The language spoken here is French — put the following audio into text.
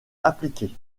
appliquée